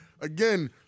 again